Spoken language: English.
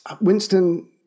Winston